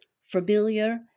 familiar